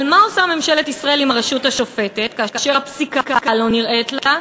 אבל מה עושה ממשלת ישראל עם הרשות השופטת כאשר הפסיקה לא נראית לה?